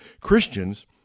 Christians